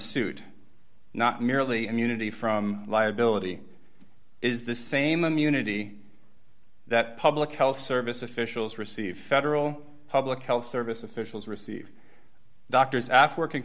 suit not merely immunity from liability is the same immunity that public health service officials receive federal public health service officials receive doctors af